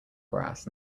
grass